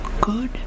good